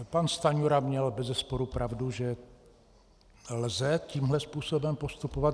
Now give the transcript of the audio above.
Pan Stanjura měl bezesporu pravdu, že lze tímhle způsobem postupovat.